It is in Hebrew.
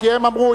כי הם אמרו,